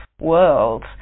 world